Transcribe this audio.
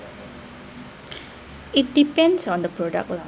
it depends on the product lah